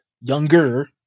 younger